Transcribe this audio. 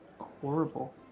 Horrible